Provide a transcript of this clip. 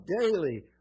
daily